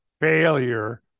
failure